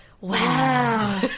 wow